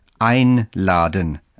einladen